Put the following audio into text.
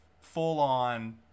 full-on